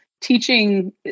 teaching